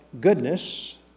goodness